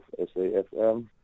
SAFM